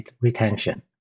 retention